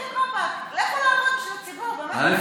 דחיל רבאק, לכו לעבוד בשביל הציבור, באמת.